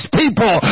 people